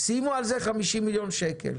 שימו על זה 50 מיליון שקל.